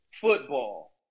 football